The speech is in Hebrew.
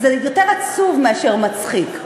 זה יותר עצוב מאשר מצחיק.